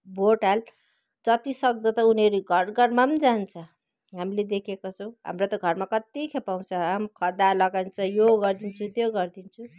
vote हाल जतिसक्दो त उनीहरू घर घरमा पनि जान्छ हामीले देखेका छौँ हाम्रो त घरमा कत्ति खेप आउँछ आमामा खदा लगाउँछ यो गरिदिन्छु त्यो गरिदिन्छु